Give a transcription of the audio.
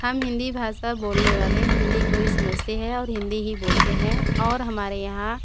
हम हिन्दी भाषा बोलने वाले हिन्दी को ही समझते हैं और हिन्दी ही बोलते हैं और हमारे यहाँ